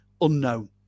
unknown